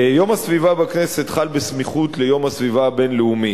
יום הסביבה בכנסת חל בסמיכות ליום הסביבה הבין-לאומי.